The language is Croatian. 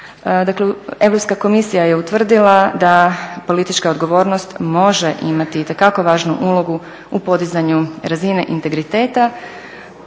Europska komisija je utvrdila da politička odgovornost može imati itekako važnu ulogu u podizanju razine integriteta